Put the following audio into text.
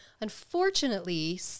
Unfortunately